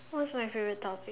what's my favourite topic